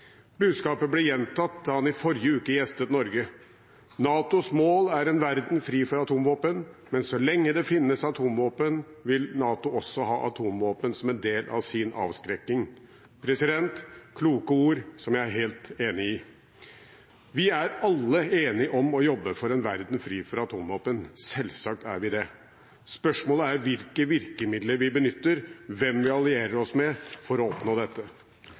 Budskapet ble gjentatt da han i forrige uke gjestet Norge: «NATOs mål er en verden fri for atomvåpen, men så lenge det finnes atomvåpen, vil NATO også ha atomvåpen som en del av sin avskrekking.» Det er kloke ord, som jeg er helt enig i. Vi er alle enige om å jobbe for en verden fri for atomvåpen – selvsagt er vi det. Spørsmålet er hvilke virkemidler vi benytter, hvem vi allierer oss med, for å oppnå dette.